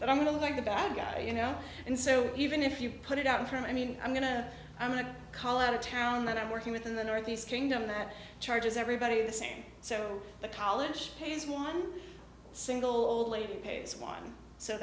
but i'm going with the bad guy you know and so even if you put it out in front i mean i'm going to i'm going to call out of town that i'm working with in the northeast kingdom that charges everybody the same so the college pays one single old lady pays one so